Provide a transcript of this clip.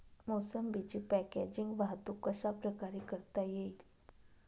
मोसंबीची पॅकेजिंग वाहतूक कशाप्रकारे करता येईल?